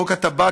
חוק הטבק,